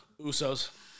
Usos